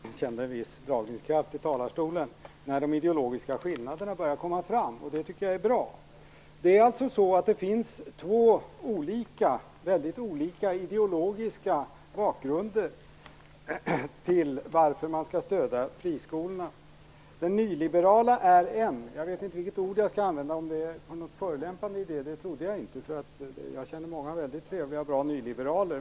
Herr talman! Beatrice Ask börjar känna viss dragningskraft till talarstolen när de ideologiska skillnaderna börjar komma fram, och det tycker jag är bra. Det finns två väldigt olika ideologiska bakgrunder till varför man skall stödja friskolorna. Den nyliberala är en - jag vet inte vilket ord jag skall använda för att det inte skall vara något förolämpande i det. Jag känner många trevliga och bra nyliberaler.